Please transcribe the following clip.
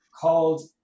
called